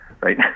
right